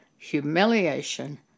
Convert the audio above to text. humiliation